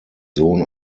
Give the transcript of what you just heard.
sohn